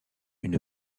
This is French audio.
une